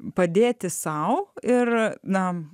padėti sau ir na